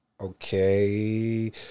okay